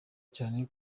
cyane